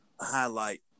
highlight